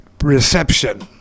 reception